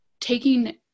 taking